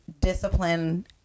discipline